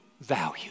value